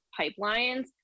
pipelines